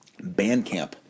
Bandcamp